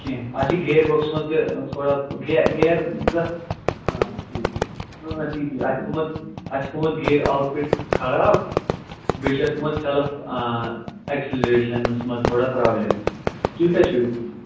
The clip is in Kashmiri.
کیٚنٛہہ اَتھ چھِ گیر بۅکسَس منٛز تہِ تھوڑا گیر گیر گژھان آ تی تی اَتھ چھُ گوٚمُت اَتھ چھُ گوٚمُت گیر آوُٹ پِٹ خراب بیٚیہِ چھُ اَتھ گوٚمُت سیلٕف اٮ۪کسٕلریشَنَس منٛز تھوڑا پرٛابلِم تُہۍ کَتہِ چھُو روزان